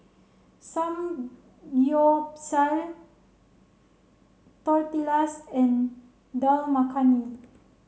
Samgyeopsal Tortillas and Dal Makhani